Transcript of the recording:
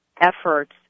efforts